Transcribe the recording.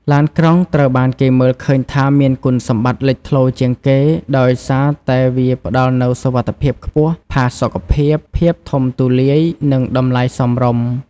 ឡានក្រុងត្រូវបានគេមើលឃើញថាមានគុណសម្បត្តិលេចធ្លោជាងគេ ដោយសារតែវាផ្តល់នូវសុវត្ថិភាពខ្ពស់ ផាសុកភាព ភាពធំទូលាយ និងតម្លៃសមរម្យ។